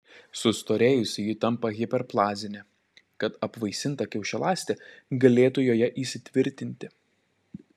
sustorėjusi ji tampa hiperplazinė kad apvaisinta kiaušialąstė galėtų joje įsitvirtinti